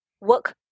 work